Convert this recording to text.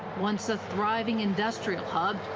once a thriving industrial hub,